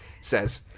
says